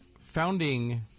founding